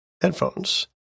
headphones